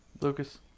Lucas